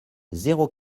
zéro